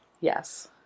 Yes